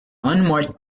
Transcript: unmarked